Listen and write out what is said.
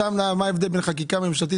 השאלה היא מה ההבדל בין חקיקה ממשלתית